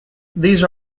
these